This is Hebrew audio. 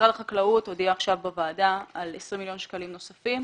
משרד החקלאות הודיע עכשיו בוועדה על 20 מיליון שקלים נוספים,